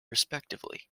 respectively